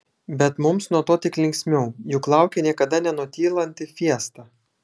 bet mums nuo to tik linksmiau juk laukia niekada nenutylanti fiesta